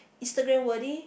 Instagram worthy